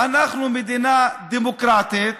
אנחנו מדינה דמוקרטית,